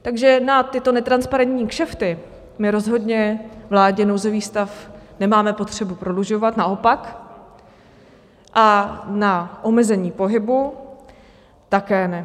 Takže na tyto netransparentní kšefty my rozhodně vládě nouzový stav nemáme potřebu prodlužovat, naopak, a na omezení pohybu také ne.